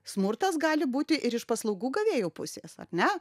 smurtas gali būti ir iš paslaugų gavėjo pusės ar ne